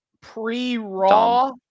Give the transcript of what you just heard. pre-raw